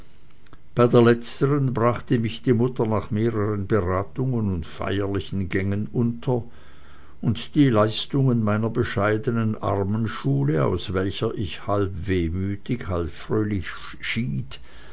bei der letzteren brachte mich die mutter nach mehreren beratungen und feierlichen gängen unter und die leistungen meiner bescheidenen armenschule aus welcher ich halb wehmütig und halb fröhlich schied